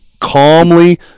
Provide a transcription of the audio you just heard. calmly